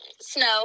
Snow